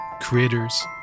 creators